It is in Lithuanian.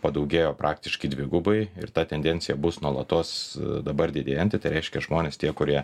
padaugėjo praktiškai dvigubai ir ta tendencija bus nuolatos dabar didėjanti tai reiškia žmonės tie kurie